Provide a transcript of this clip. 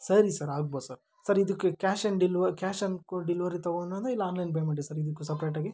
ಸರಿ ಸರ್ ಆಗ್ಬೋದು sir sir ಇದಕ್ಕೆ cash on deliver cash on ಕೊ ಡಿಲಿವರಿ ತೊಗೊಳ್ಳೋದ ಇಲ್ಲ ಆನ್ಲೈನ್ ಪೇಮೆಂಟ ಸರ್ ಇದಕ್ಕೂ ಸಪ್ರೇಟಾಗಿ